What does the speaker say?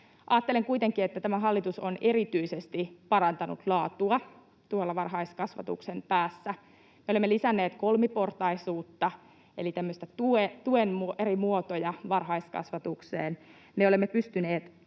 Ajattelen kuitenkin, että tämä hallitus on erityisesti parantanut laatua tuolla varhaiskasvatuksen päässä. Olemme lisänneet kolmiportaisuutta eli tämmöisiä tuen eri muotoja varhaiskasvatukseen. Me olemme pystyneet